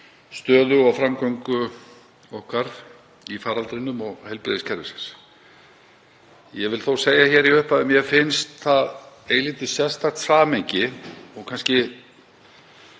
stöðu og framgöngu okkar í faraldrinum og heilbrigðiskerfisins. Ég vil þó segja í upphafi að mér finnst það eilítið sérstakt samhengi, og kannski